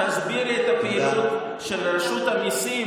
תסבירי את הטיעון של רשות המיסים,